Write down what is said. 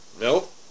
Nope